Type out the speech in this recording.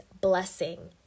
blessing